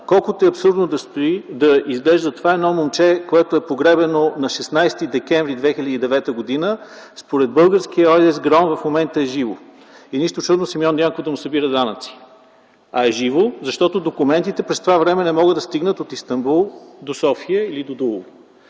Колкото и абсурдно да изглежда това, едно момче, погребано на 16 декември 2009 г., според българския ЕСГРАОН в момента е живо и нищо чудно Симеон Дянков да му събира данъци. А е живо, защото документите през това време не могат да стигнат от Истанбул до София или до Дулово.